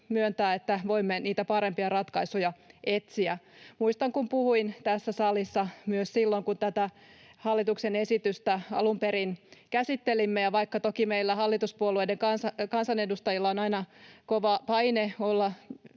myöntää, että voimme niitä parempia ratkaisuja etsiä. Muistan, että puhuin tässä salissa myös silloin, kun tätä hallituksen esitystä alun perin käsittelimme, ja vaikka toki meillä hallituspuolueiden kansanedustajilla on aina kova paine olla